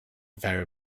very